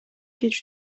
кеч